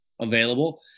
available